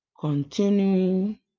continuing